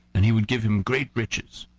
and he would give him great riches.